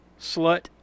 Slut